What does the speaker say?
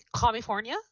California